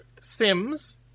Sims